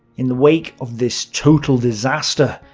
in the wake of this total disaster,